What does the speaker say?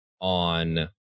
on